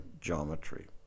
geometry